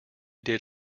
did